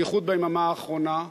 בייחוד ביממה האחרונה,